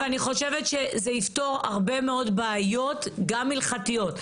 ואני חושבת שזה יפתור הרבה מאוד בעיות גם הלכתיות.